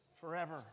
forever